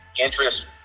interest